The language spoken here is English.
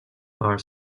are